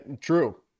True